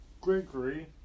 Gregory